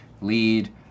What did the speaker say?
lead